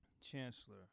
Chancellor